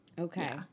Okay